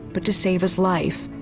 but to save his life.